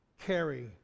carry